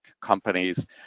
companies